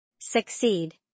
Succeed